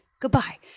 Goodbye